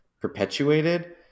perpetuated